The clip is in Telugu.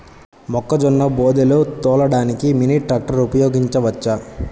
మొక్కజొన్న బోదెలు తోలడానికి మినీ ట్రాక్టర్ ఉపయోగించవచ్చా?